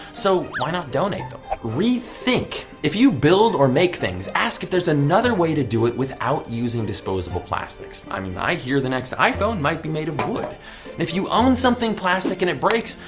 so why not donate them? rethink! if you build or make things, ask if there's another way to do it without using disposable plastics. i mean i hear the next iphone might be made of wood! and if you own something plastic and it breaks,